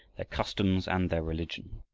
their customs, and their religion.